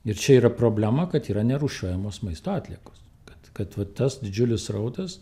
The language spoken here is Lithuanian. ir čia yra problema kad yra nerūšiuojamos maisto atliekos kad kad va tas didžiulis srautas